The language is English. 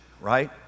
right